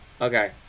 Okay